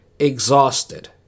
exhausted